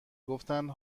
گفتن